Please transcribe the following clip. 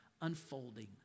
unfolding